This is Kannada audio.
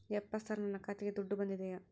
ಯಪ್ಪ ಸರ್ ನನ್ನ ಖಾತೆಗೆ ದುಡ್ಡು ಬಂದಿದೆಯ?